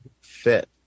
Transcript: fit